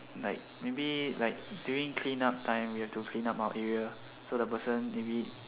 like maybe like during clean up time we have to clean up our area so the person maybe